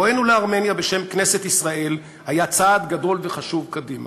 בואנו לארמניה בשם כנסת ישראל היה צעד גדול וחשוב קדימה.